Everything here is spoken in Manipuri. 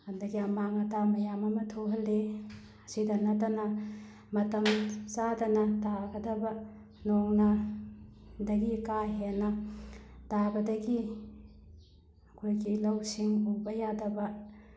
ꯑꯗꯒꯤ ꯑꯃꯥꯡ ꯑꯇꯥ ꯃꯌꯥꯝ ꯑꯃ ꯊꯣꯛꯍꯜꯂꯤ ꯑꯁꯤꯗ ꯅꯠꯇꯅ ꯃꯇꯝ ꯆꯥꯗꯅ ꯇꯥꯔꯒꯗꯕ ꯅꯣꯡꯅ ꯗꯒꯤ ꯀꯥ ꯍꯦꯟꯅ ꯇꯥꯕꯗꯒꯤ ꯑꯩꯈꯣꯏꯒꯤ ꯂꯧ ꯁꯤꯡ ꯎꯕ ꯌꯥꯗꯕ